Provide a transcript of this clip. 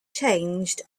changed